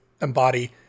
embody